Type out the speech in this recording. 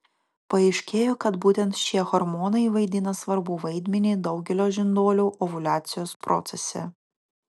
paaiškėjo kad būtent šie hormonai vaidina svarbų vaidmenį daugelio žinduolių ovuliacijos procese